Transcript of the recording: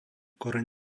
koreň